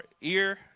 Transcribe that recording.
ear